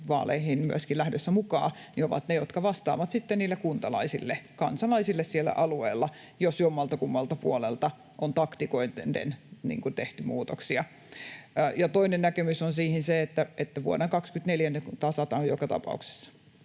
aluevaaleihin myöskin lähdössä mukaan, ovat niitä, jotka vastaavat sitten niille kuntalaisille, kansalaisille siellä alueella, jos jommaltakummalta puolelta on taktikoiden tehty muutoksia. Toinen näkemys on siihen se, että vuonna 24 ne tasataan joka tapauksessa